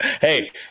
Hey